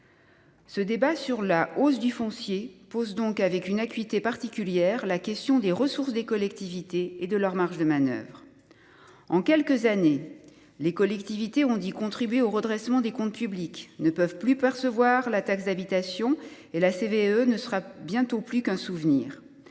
Ce débat sur la hausse du foncier pose donc avec une acuité particulière la question des ressources des collectivités et de leurs marges de manœuvre. En quelques années, les collectivités ont dû contribuer au redressement des comptes publics et n’ont plus eu la possibilité de percevoir de taxe d’habitation. Quant à la CVAE, elle ne sera bientôt plus qu’un souvenir.